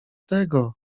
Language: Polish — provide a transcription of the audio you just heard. tego